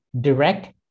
direct